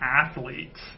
athletes